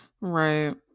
Right